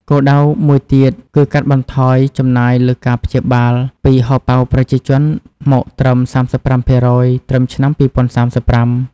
គោលដៅមួយទៀតគឺកាត់បន្ថយចំណាយលើការព្យាបាលពីហោប៉ៅប្រជាជនមកត្រឹម៣៥% ត្រឹមឆ្នាំ២០៣៥។